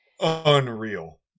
unreal